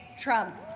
Trump